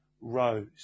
rose